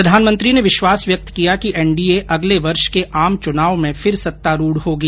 प्रधानमंत्री ने विश्वास व्यक्त किया कि एनडीए अगले वर्ष के आम चुनाव में फिर सत्तारूढ होगी